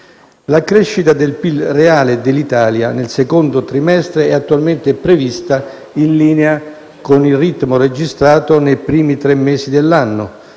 La crescita del PIL reale dell'Italia nel secondo trimestre è attualmente prevista in linea con il ritmo registrato nei primi tre mesi dell'anno: